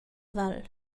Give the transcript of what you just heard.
val